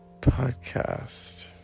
podcast